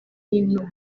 hino